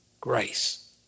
grace